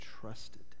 trusted